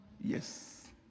Yes